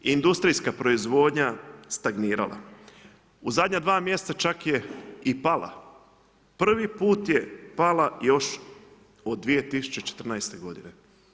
Industrijska proizvodnja stagnirala u zadnja dva mjeseca čak je i pala, prvi put je pala još od 2014. godine.